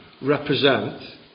represent